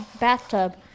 bathtub